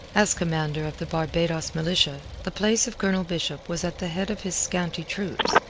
as commander of the barbados militia, the place of colonel bishop was at the head of his scanty troops,